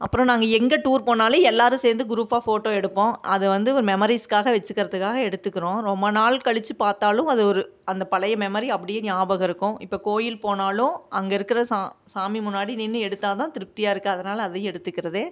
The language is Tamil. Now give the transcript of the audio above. அப்புறம் நாங்கள் எங்கே டூர் போனாலும் எல்லாரும் சேர்ந்து குரூப்பாக ஃபோட்டோ எடுப்போம் அதை வந்து மெமரீஸ்க்காக வச்சுக்கிறதுக்காக எடுத்துக்கிறோம் ரொம்ப நாள் கழிச்சு பார்த்தாலும் அது ஒரு அந்த பழைய மெமரி அப்படியே ஞபாகம் இருக்கும் இப்போ கோயில் போனாலும் அங்கே இருக்கிற சா சாமி முன்னாடி நின்று எடுத்தா தான் திருப்தியாக இருக்கு அதனால் அதையும் எடுத்துக்கிறது